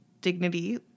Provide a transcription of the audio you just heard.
dignity